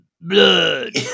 blood